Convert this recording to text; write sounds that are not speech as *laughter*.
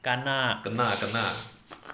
kana *laughs*